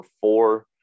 four